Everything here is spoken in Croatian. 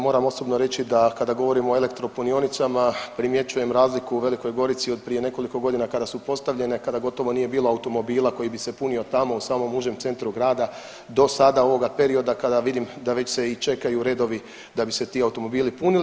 Moram osobno reći da kada govorim o elektropunionicama primjećujem razliku u Velikoj Gorici od prije nekoliko godina kada su postavljene, kada gotovo nije bilo automobila koji bi se punio tamo u samom užem centru grada do sada ovoga perioda kada vidim da već se i čekaju redovi da bi se ti automobili punili.